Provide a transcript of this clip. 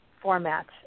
format